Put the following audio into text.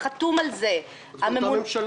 וחתום על זה הממונה על התקציבים --- זה אותה ממשלה.